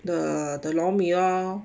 the the lor mee lor